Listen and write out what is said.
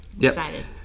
Excited